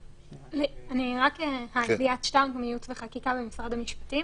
ליאת שטרק, ייעוץ וחקיקה, משרד המשפטים.